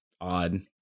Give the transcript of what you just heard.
odd